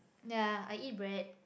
ya I eat bread